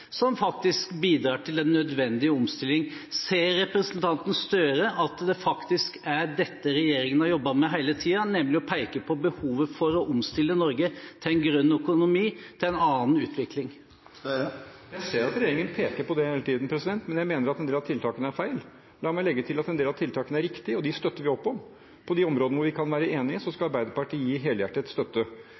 som faktisk bidrar til en nødvendig omstilling. Ser representanten Gahr Støre at det faktisk er dette regjeringen har jobbet med hele tiden, nemlig å peke på behovet for å omstille Norge til en grønn økonomi, til en annen utvikling? Jeg ser at regjeringen peker på det hele tiden, men jeg mener at en del av tiltakene er feil. La meg legge til at en del av tiltakene er riktige, og dem støtter vi opp om. På de områdene hvor vi kan være enige, skal Arbeiderpartiet gi helhjertet støtte.